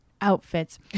outfits